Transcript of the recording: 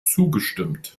zugestimmt